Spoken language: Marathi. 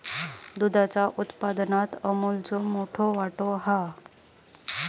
दुधाच्या उत्पादनात अमूलचो मोठो वाटो हा